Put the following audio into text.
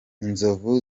inzovu